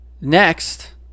Next